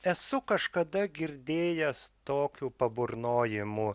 esu kažkada girdėjęs tokių paburnojimų